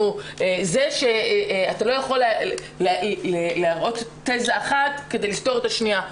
אתה לא יכול להראות תזה אחת כדי לפתור את השנייה.